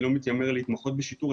ולא מתיימר להתמחות בשיטור,